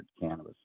cannabis